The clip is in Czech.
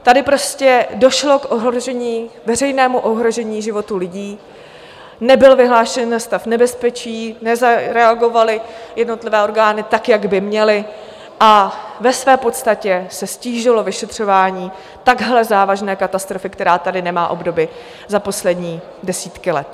Tady prostě došlo k ohrožení, k veřejnému ohrožení životů lidí, nebyl vyhlášen stav nebezpečí, nezareagovaly jednotlivé orgány tak, jak by měly, a ve své podstatě se ztížilo vyšetřování takhle závažné katastrofy, která tady nemá obdoby za poslední desítky let.